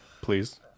please